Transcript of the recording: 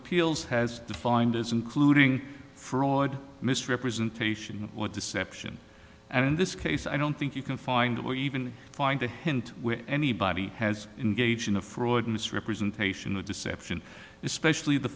appeals has defined as including fraud misrepresentation of law deception and in this case i don't think you can find or even find a hint when anybody has engaged in a fraud misrepresentation of deception especially the